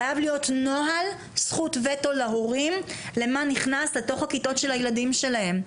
חייב להיות נוהל זכות וטו להורים למה נכנס לתוך הכיתות של הילדים שלהם,